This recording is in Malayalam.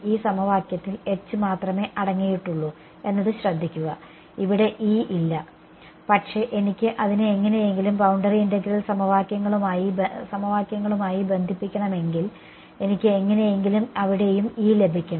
ഈ സമവാക്യത്തിൽ H മാത്രമേ അടങ്ങിയിട്ടുള്ളൂ എന്നത് ശ്രദ്ധിക്കുക അവിടെ E ഇല്ല പക്ഷേ എനിക്ക് അതിനെ എങ്ങനെയെങ്കിലും ബൌണ്ടറി ഇന്റഗ്രൽ സമവാക്യങ്ങളുമായി ബന്ധിപ്പിക്കണമെങ്കിൽ എനിക്ക് എങ്ങിനെയെങ്കിലും അവിടെയും E ലഭിക്കണം